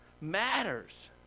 matters